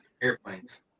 airplanes